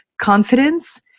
confidence